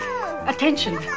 Attention